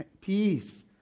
peace